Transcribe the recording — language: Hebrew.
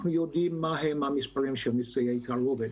אנחנו יודעים מהם המספרים של נישואי תערובת.